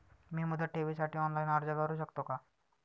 मी मुदत ठेवीसाठी ऑनलाइन अर्ज करू शकतो का?